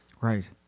Right